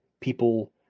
people